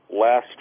last